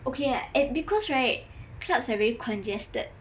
okay lah because right clubs are very congested